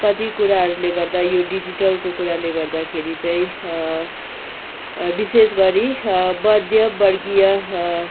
कति कुराहरूले गर्दा यो डिजिटलको कुराले गर्दाखेरि चाहिँ विषेश गरी मध्यमवर्गीय